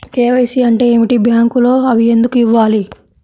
KYC అంటే ఏమిటి? బ్యాంకులో అవి ఎందుకు ఇవ్వాలి?